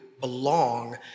belong